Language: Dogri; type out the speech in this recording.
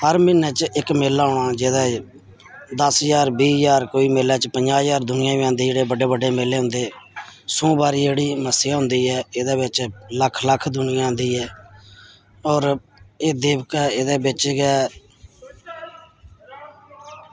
हर म्हीनै च इक मेला औना जेह्दे च दस ज्हार बीह् ज्हार कोई मेले च पंजाह् ज्हार दुनियां बी आंदी जेह्ड़े बड्डे बड्डे मेले होंदे सोमवार जेह्ड़ी मस्सेआ होंदी ऐ एह्दे बिच्च लक्ख लक्ख दुनियां आंदी ऐ होर एह् देवका एह्दे बिच्च गै